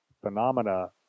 phenomena